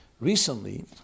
Recently